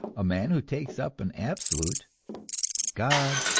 a man who takes up an absolute god,